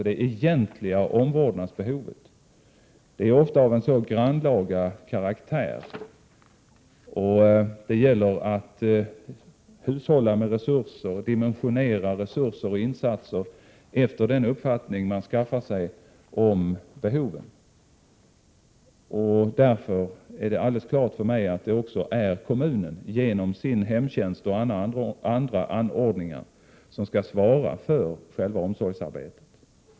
Det egentliga omvårdnadsbehovet har ofta en grannlaga karaktär, och det gäller att dimensionera resurser och insatser efter den uppfattning som man skaffar sig om behoven. Därför är det för mig alldeles klart att det är kommunen som genom sin hemtjänst och andra anordningar också skall svara för själva omsorgsarbetet.